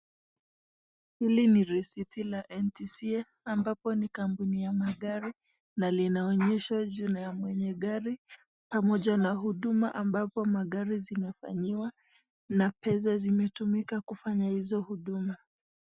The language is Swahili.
Hili ni risiti la NTSA ambapo ni kampuni ya magari na linaonyesha jina ya mwenye gari pamoja na huduma ambapo magari zimefanyiwa na pesa zimetumika kufanya hizo huduma.